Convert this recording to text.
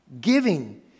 giving